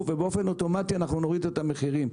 ובאופן אוטומטי אנחנו נוריד את המחירים.